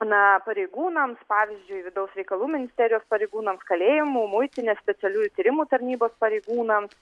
na pareigūnams pavyzdžiui vidaus reikalų ministerijos pareigūnams kalėjimų muitinės specialiųjų tyrimų tarnybos pareigūnams